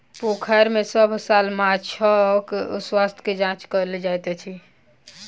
पोखैर में सभ साल माँछक स्वास्थ्य के जांच कएल जाइत अछि